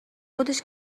خودش